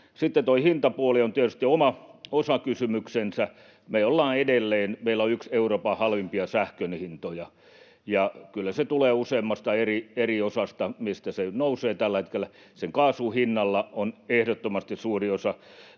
Sitten tuo hintapuoli on tietysti oma osakysymyksensä. Meillä on edelleen yksi Euroopan halvimpia sähkön hintoja, ja kyllä se tulee useammasta eri osasta, mistä se nousee tällä hetkellä. Kaasun hinnalla on ehdottomasti suuri osa.